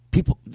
People